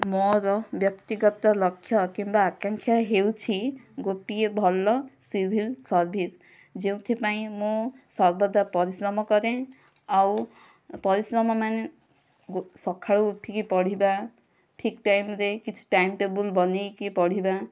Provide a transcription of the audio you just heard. ମୋର ବ୍ୟକ୍ତିଗତ ଲକ୍ଷ୍ୟ କିମ୍ବା ଆକାଂକ୍ଷା ହେଉଛି ଗୋଟିଏ ଭଲ ସିଭିଲ୍ ସର୍ଭିସ ଯେଉଁଥିପାଇଁ ମୁଁ ସର୍ବଦା ପରିଶ୍ରମ କରେ ଆଉ ପରିଶ୍ରମ ମାନେ ସକାଳୁ ଉଠିକି ପଢ଼ିବା ଠିକ ଟାଇମ୍ ରେ କିଛି ଟାଇମ୍ ଟେବଲ୍ ବନାଇକି ପଢ଼ିବା